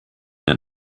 der